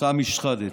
סמי שחאדה.